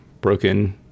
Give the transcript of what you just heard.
broken